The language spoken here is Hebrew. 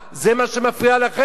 זה מה שמפריע לכם?